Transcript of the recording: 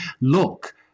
look